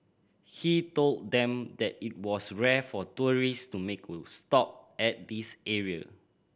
he told them that it was rare for tourist to make a stop at this area